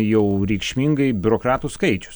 jau reikšmingai biurokratų skaičius